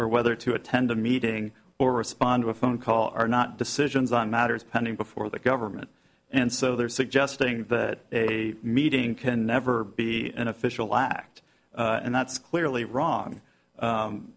or whether to attend a meeting or respond to a phone call are not decisions on matters pending before the government and so they're suggesting that a meeting can never be an official act and that's clearly wrong